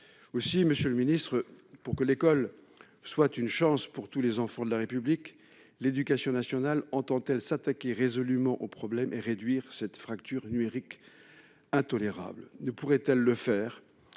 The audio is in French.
Monsieur le ministre, pour que l'école soit une chance pour tous les enfants de la République, l'éducation nationale entend-elle s'attaquer résolument au problème et réduire cette fracture numérique intolérable ? Ne pourrait-elle agir